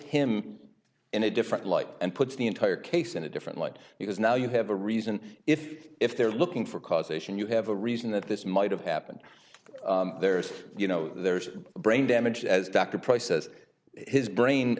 him in a different light and puts the entire case in a different light because now you have a reason if if they're looking for causation you have a reason that this might have happened there's you know there's brain damage as dr pryce says his brain